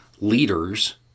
leaders